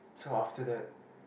so after that